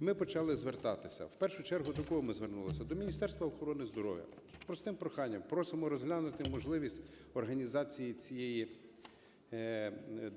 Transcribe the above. ми почали звертатися. В першу чергу до кого ми звернулися – до Міністерства охорони здоров'я з простим проханням: "Просимо розглянути можливість організації цієї